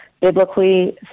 biblically